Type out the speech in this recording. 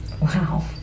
Wow